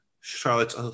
Charlotte's